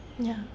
ya